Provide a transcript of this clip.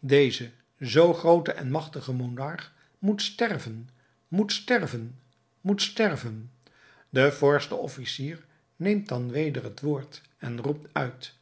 deze zoo groote en magtige monarch moet sterven moet sterven moet sterven de voorste officier neemt dan weder het woord en roept uit